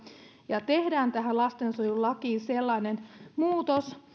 ja tehdään tähän lastensuojelulakiin sellainen muutos